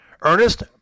Ernest